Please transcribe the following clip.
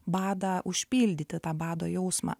badą užpildyti tą bado jausmą